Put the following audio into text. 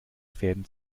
fäden